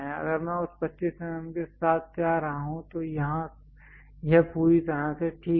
अगर मैं उस 25 mm के साथ जा रहा हूं तो यहां यह पूरी तरह से ठीक है